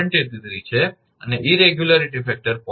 83 છે અને અનિયમિતતા પરિબળ 0